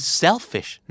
selfish